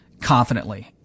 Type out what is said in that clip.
confidently